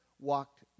walked